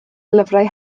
lyfrau